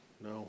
no